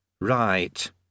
Right